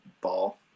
ball